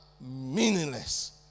meaningless